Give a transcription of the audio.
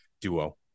duo